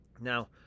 Now